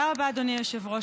תודה רבה, אדוני היושב-ראש.